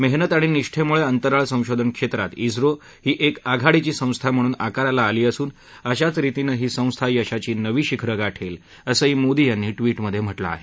मेहनत आणि निष्ठेमुळे अंतराळ संशोधन क्षेत्रात ॠो ही एक आघाडीची संस्था म्हणून आकाराला आली असून अशाच रितीनं ही संस्था यशाची नवी शिखरं गाठेल असंही मोदी यांनी ट्विटमध्ये म्हटलं आहे